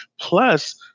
Plus